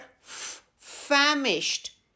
famished